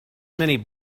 many